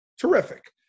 terrific